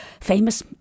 famous